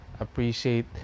Appreciate